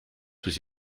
bis